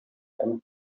һәм